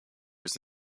was